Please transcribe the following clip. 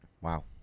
wow